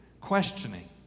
questioning